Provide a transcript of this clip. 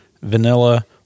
Vanilla